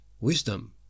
wisdom